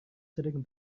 selling